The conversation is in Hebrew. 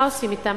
מה עושים אתם?